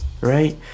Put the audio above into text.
Right